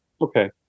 Okay